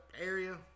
area